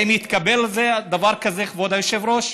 האם יתקבל דבר כזה, כבוד היושב-ראש?